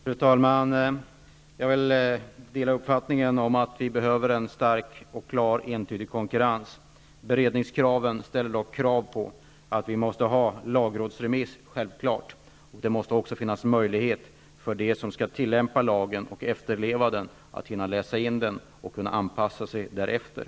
Fru talman! Jag delar uppfattningen att vi behöver en stark, klar och entydig konkurrens. Beredningskraven fordrar dock en lagrådsremiss. Det måste finnas möjlighet för dem som skall tillämpa lagen och efterleva den att hinna läsa in lagen och anpassa sig därefter.